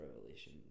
revelation